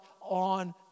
on